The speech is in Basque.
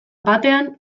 batean